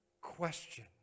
question